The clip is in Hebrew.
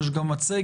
יש גם מצגת,